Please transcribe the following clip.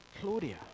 Claudia